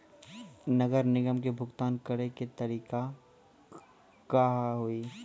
नगर निगम के भुगतान करे के तरीका का हाव हाई?